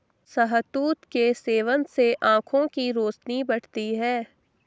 शहतूत के सेवन से आंखों की रोशनी बढ़ती है